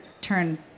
turn